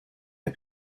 der